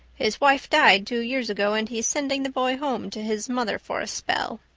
his wife died two years ago and he's sending the boy home to his mother for a spell.